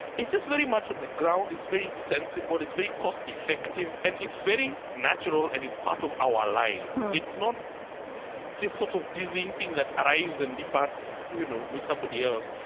it's just very much on the ground. it's very sensible. it's very cost effective and it's very natural and it's part of our lives. it's not the sort of dizzying thing that arrives and departs, you know, with somebody else.